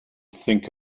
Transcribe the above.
think